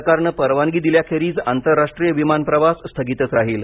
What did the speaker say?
सरकारने परवानगी दिल्याखेरीज आंतरराष्ट्रीय विमान प्रवास स्थगितच राहील